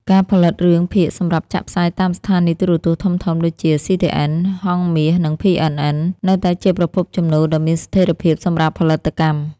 ការផលិតរឿងភាគសម្រាប់ចាក់ផ្សាយតាមស្ថានីយទូរទស្សន៍ធំៗដូចជា CTN, Hang Meas និង PNN នៅតែជាប្រភពចំណូលដ៏មានស្ថិរភាពសម្រាប់ផលិតកម្ម។